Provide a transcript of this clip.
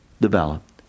developed